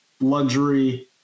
luxury